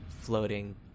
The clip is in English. floating